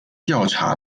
调查